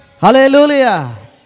Hallelujah